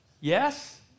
Yes